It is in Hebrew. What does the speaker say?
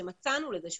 שמצאנו לזה,